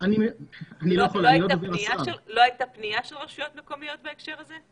לא הייתה פנייה של השלטון המקומי בהקשר הזה?